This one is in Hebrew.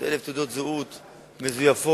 300,000 תעודות זהות מזויפות,